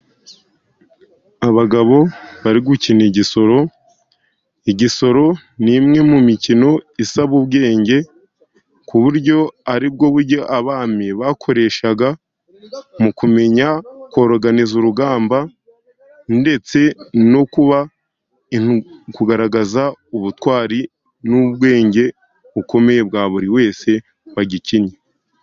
Abagabo bari gukina igisoro. Igisoro ni imwe mu mikino isaba ubwenge ku buryo aribwo buryo abami bakoreshaga mu kumenya koroganiza urugamba ndetse no kuba kugaragaza ubutwari n'ubwenge bukomeye bwa buri wese wagikinye.